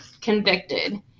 convicted